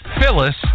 Phyllis